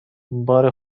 بار